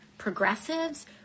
progressives